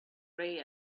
grey